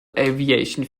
aviation